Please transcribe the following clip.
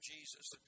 Jesus